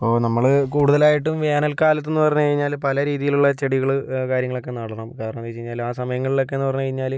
അപ്പോൾ നമ്മള് കൂടുതലായിട്ടും വേനൽക്കാലത്തെന്ന് പറഞ്ഞ് കഴിഞ്ഞാൽ പല രീതിയിലുള്ള ചെടികൾ കാര്യങ്ങളൊക്കെ നടണം കാരണമെന്ന് വെച്ച് കഴിഞ്ഞാൽ ആ സമയങ്ങളിലൊക്കെ എന്ന് പറഞ്ഞ് കഴിഞ്ഞാൽ